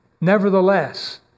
Nevertheless